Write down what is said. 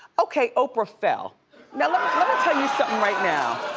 okay, oprah fell. now let me tell you something right now.